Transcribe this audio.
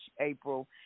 April